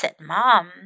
mom